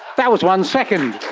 that was one second!